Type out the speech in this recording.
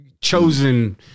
chosen